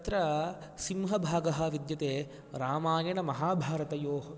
तत्र सिंहभागः विद्यते रामायणमहाभारतयोः